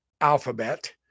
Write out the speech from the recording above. alphabet